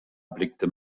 blickte